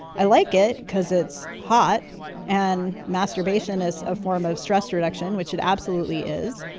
i like it because it's hot and masturbation is a form of stress reduction, which it absolutely is.